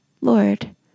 Lord